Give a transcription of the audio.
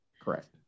Correct